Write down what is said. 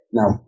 now